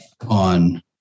on